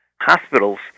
hospitals